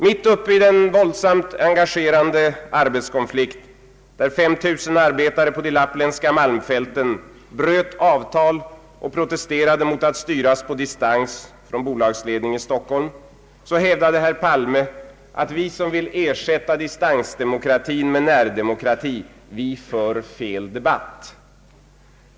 Mitt uppe i den våldsamt engagerande arbetskonflikt, där 5 000 arbetare på de lappländska malmfälten bröt avtal och protesterade mot att styras på distans från bolagsledningen i Stockholm, hävdade herr Palme att vi, som vill ersätta distansdemokratin med närdemokrati, för ”fel debatt.